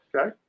okay